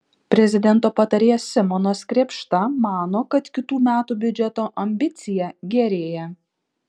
prezidento patarėjas simonas krėpšta mano kad kitų metų biudžeto ambicija gerėja